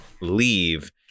leave